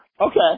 Okay